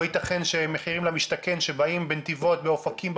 לא ייתכן שמחיר למשתכן שיש בנתיבות באופקים,